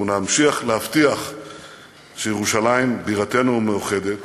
אנחנו נמשיך להבטיח שירושלים בירתנו המאוחדת